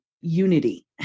unity